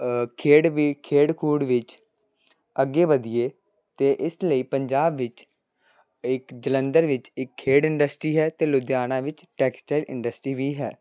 ਖੇਡ ਵੀ ਖੇਡ ਖੂਡ ਵਿੱਚ ਅੱਗੇ ਵਧੀਏ ਅਤੇ ਇਸ ਲਈ ਪੰਜਾਬ ਵਿੱਚ ਇੱਕ ਜਲੰਧਰ ਵਿੱਚ ਇੱਕ ਖੇਡ ਇੰਡਸਟਰੀ ਹੈ ਅਤੇ ਲੁਧਿਆਣਾ ਵਿੱਚ ਟੈਕਸਟਾਈਲ ਇੰਡਸਟਰੀ ਵੀ ਹੈ